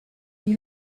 then